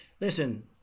Listen